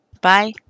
Bye